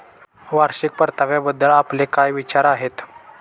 वार्षिक परताव्याबद्दल आपले काय विचार आहेत?